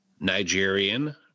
Nigerian